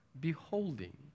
beholding